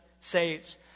saves